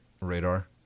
radar